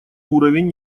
уровень